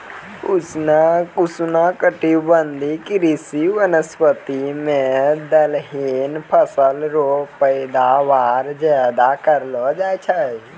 उष्णकटिबंधीय कृषि वानिकी मे दलहनी फसल रो पैदावार ज्यादा करलो जाय छै